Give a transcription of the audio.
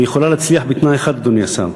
והיא יכולה להצליח בתנאי אחד, אדוני השר,